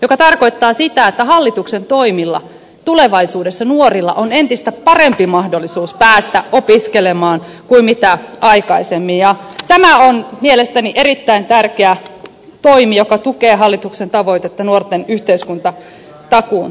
se tarkoittaa sitä että hallituksen toimilla nuorilla on tulevaisuudessa entistä parempi mahdollisuus päästä opiskelemaan kuin aikaisemmin ja tämä on mielestäni erittäin tärkeä toimi joka tukee hallituksen tavoitetta nuorten yhteiskuntatakuun toteuttamisesta